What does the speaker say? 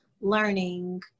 learning